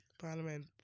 Parliament